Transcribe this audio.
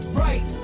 right